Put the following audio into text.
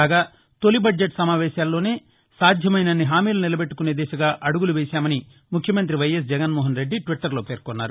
కాగా తొలి బద్జెట్ సమావేశాల్లోనే సాధ్యమైనన్ని హామీలు నిలబెట్టకునే దిశగా అడుగులు వేశామని ముఖ్యమంతి వైఎస్ జగన్మోహన్ రెడ్డి ట్విట్టర్లో పేర్కొన్నారు